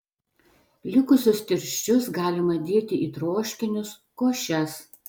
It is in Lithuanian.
likusius tirščius galima dėti į troškinius košes